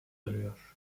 duruyor